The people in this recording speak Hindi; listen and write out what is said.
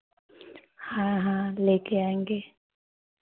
हाँ हाँ ले कर आएँगे